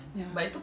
ya